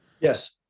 Yes